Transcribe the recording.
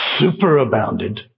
superabounded